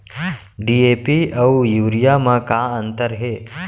DAP अऊ urea म का अंतर हे?